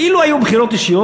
אילו היו בחירות אישיות,